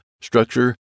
structure